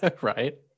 Right